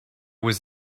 was